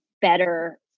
better